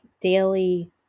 daily